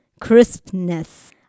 crispness